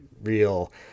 real